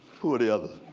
who are the others?